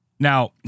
Now